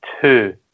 two